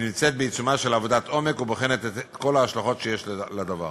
והיא נמצאת בעיצומה של עבודת עומק ובוחנת את כל ההשלכות שיש לדבר.